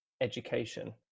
education